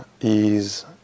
ease